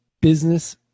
business